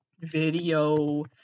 Video